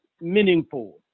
meaningful